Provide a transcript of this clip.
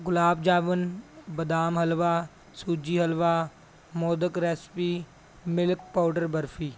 ਗੁਲਾਬ ਜਾਮੁਨ ਬਦਾਮ ਹਲਵਾ ਸੂਜੀ halwa modak recipe milk powder barfi